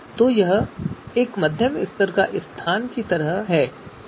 तो यह एक मध्यम स्तर के स्थान की तरह है